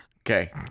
Okay